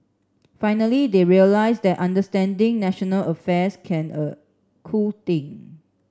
finally they realise that understanding national affairs can a cool thing